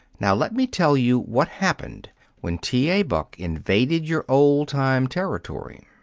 now let me tell you what happened when t. a. buck invaded your old-time territory.